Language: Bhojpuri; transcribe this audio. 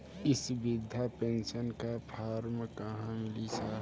इ बृधा पेनसन का फर्म कहाँ मिली साहब?